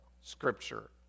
Scripture